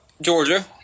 Georgia